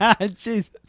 Jesus